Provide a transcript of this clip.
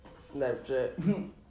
Snapchat